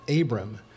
Abram